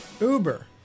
Uber